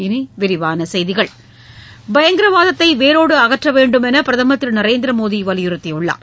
இனி விரிவான செய்திகள் பயங்கரவாதத்தை வேரோடு அகற்ற வேண்டும் என்று பிரதமர் திரு நரேந்திர மோடி வலியுறுத்தியுள்ளார்